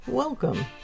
Welcome